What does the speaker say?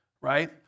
right